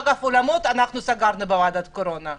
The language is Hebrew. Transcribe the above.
אגב, אנחנו בוועדת הקורונה סגרנו את האולמות.